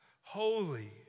holy